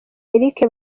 eric